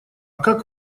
как